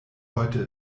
heute